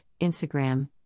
Instagram